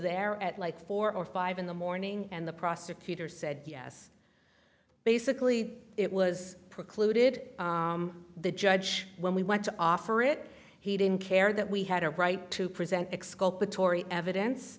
there at like four or five in the morning and the prosecutor said yes basically it was precluded the judge when we went to offer it he didn't care that we had a right to present e